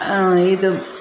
ಇದು